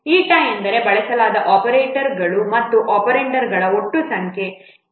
eta ಅಂದರೆ ಬಳಸಲಾದ ಆಪರೇಟರ್ಗಳು ಮತ್ತು ಒಪೆರಾಂಡ್ಗಳ ಒಟ್ಟು ಸಂಖ್ಯೆ